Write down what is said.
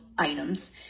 items